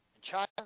China